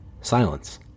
silence